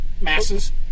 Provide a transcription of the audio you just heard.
masses